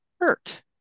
hurt